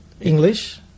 English